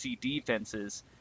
defenses